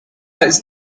ist